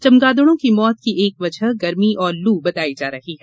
चमगादड़ों मौत की एक वजह गर्मी और लू बताई जा रही है